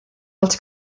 els